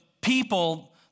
people